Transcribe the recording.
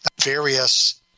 various